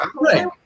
Right